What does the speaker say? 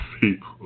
people